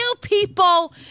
people